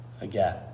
Again